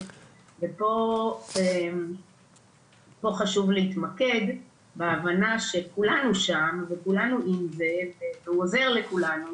ופה חשוב להתמקד בהבנה שכולנו שם וכולנו עם זה והוא עוזר לכולנו